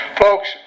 Folks